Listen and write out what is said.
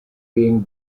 being